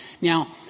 Now